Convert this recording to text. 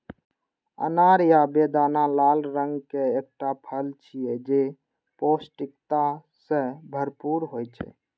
अनार या बेदाना लाल रंग के एकटा फल छियै, जे पौष्टिकता सं भरपूर होइ छै